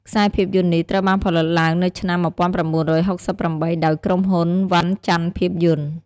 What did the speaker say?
ខ្សែភាពយន្តនេះត្រូវបានផលិតឡើងនៅឆ្នាំ ១៩៦៨ ដោយក្រុមហ៊ុន វណ្ណចន្ទភាពយន្ត ។